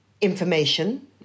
information